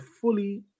fully